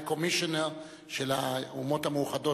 על מנת שיתאימו לאזרח הוותיק,